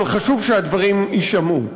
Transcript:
אבל חשוב שהדברים יישמעו.